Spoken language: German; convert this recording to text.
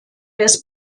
des